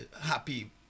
happy